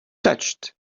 touched